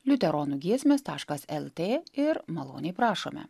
liuteronų giesmės taškas el tė ir maloniai prašome